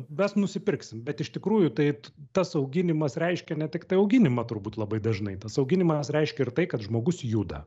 mes nusipirksim bet iš tikrųjų tai tas auginimas reiškia ne tiktai auginimą turbūt labai dažnai tas auginimas reiškia ir tai kad žmogus juda